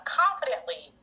confidently